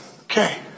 Okay